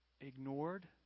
ignored